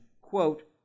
quote